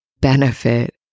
benefit